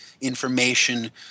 information